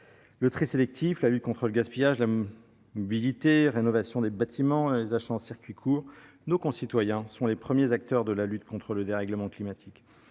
Le tri sélectif, la lutte contre le gaspillage, la modalité, la rénovation des bâtiments, l'achat en circuit court, etc. : nos concitoyens sont les premiers acteurs de la lutte contre le dérèglement climatique.